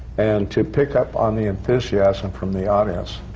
and to pick up on the enthusiasm from the audience.